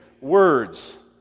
words